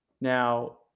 Now